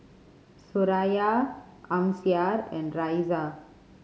Suraya Amsyar and Raisya